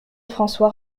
françois